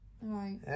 Right